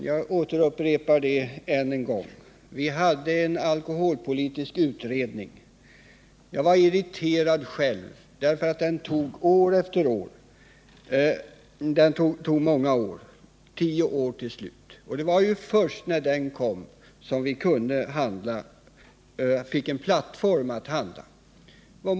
Jag upprepar än en gång att vi hade en alkoholpolitisk utredning som drog ut på tiden år efter år — jag var irriterad själv. Den tog till slut tio år. Det var först när utredningen var klar som vi fick en plattform att bygga vårt handlande på.